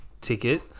ticket